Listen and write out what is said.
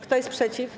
Kto jest przeciw?